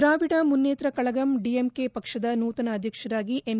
Dravida Munnetra Kazhagam DMK ಪಕ್ಷದ ನೂತನ ಅಧ್ಯಕ್ಷರಾಗಿ ಎಂ